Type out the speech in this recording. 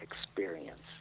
experience